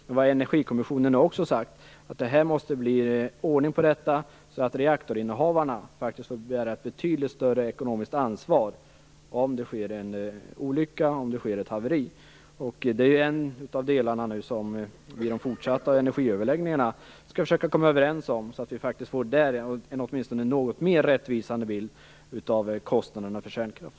Men Energikommissionen har också sagt att det måste bli ordning på detta så att reaktorinnehavarna faktiskt får bära ett betydligt större ekonomisk ansvar om det sker en olycka eller ett haveri. Detta är en del som vi skall försöka komma överens om i de fortsatta energiöverläggningarna, så att vi åtminstone på det området får en mer rättvisande bild av kostnaderna för kärnkraft.